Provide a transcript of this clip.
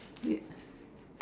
it